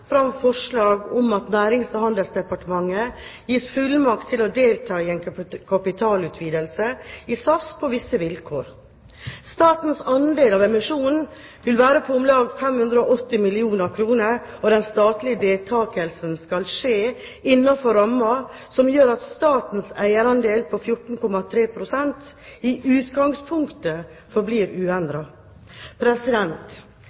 fram forslag om at Nærings- og handelsdepartementet gis fullmakt til å delta i en kapitalutvidelse i SAS på visse vilkår. Statens andel av emisjonen vil være på om lag 580 mill. kr, og den statlige deltakelsen skal skje innenfor en ramme som gjør at statens eierandel på 14,3 pst. i utgangspunktet forblir